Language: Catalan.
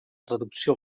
traducció